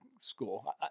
school